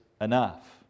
enough